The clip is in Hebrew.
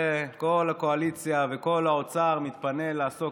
וכל הקואליציה וכל האוצר מתפנים לעסוק